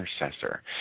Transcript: intercessor